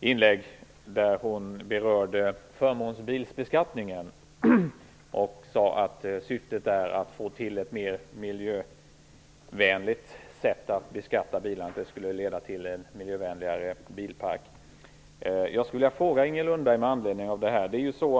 inlägg, där hon berörde förmånsbilsbeskattningen. Hon sade att syftet är att få till ett mer miljövänligt sätt att beskatta bilarna, så att man får en miljövänligare bilpark. Jag skulle vilja ställa en fråga till Inger Lundberg med anledning av detta.